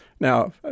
Now